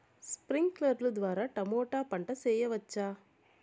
స్ప్రింక్లర్లు ద్వారా టమోటా పంట చేయవచ్చా?